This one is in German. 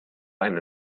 eine